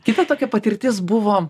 kita tokia patirtis buvo